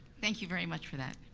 thank you very much for that,